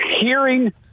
hearing